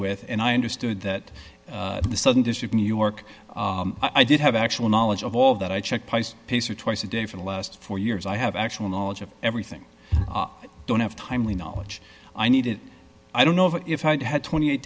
with and i understood that the southern district new york i did have actual knowledge of all that i checked pacer twice a day for the last four years i have actual knowledge of everything i don't have timely knowledge i need it i don't know if i'd had twenty eight